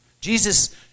Jesus